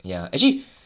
ya actually